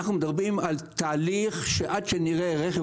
אנחנו מדברים על תהליך של עד שנראה רכב